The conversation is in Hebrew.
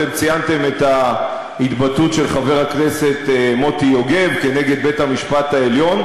אתם ציינתם את ההתבטאות של חבר הכנסת מוטי יוגב נגד בית-המשפט העליון,